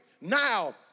Now